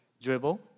dribble